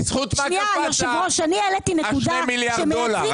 בזכות מה קפץ השני מיליארד דולר?